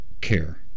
care